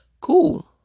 cool